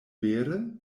vere